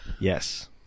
Yes